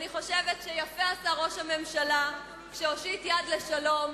אני חושבת שיפה עשה ראש הממשלה כשהושיט יד לשלום,